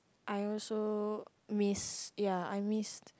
I also miss ya I miss